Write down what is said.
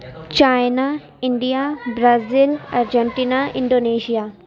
China India Brazil Argentina Indonesia